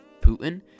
Putin